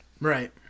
Right